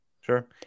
Sure